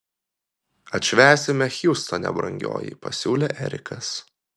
atšvęsime hjustone brangioji pasiūlė erikas